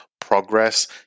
progress